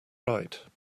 right